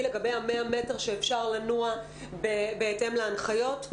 לגבי ה-100 מטר שאפשר לנוע בהתאם להנחיות.